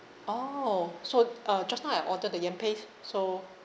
oh so uh just now I ordered the yam paste so